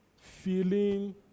feeling